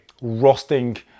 roasting